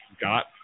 got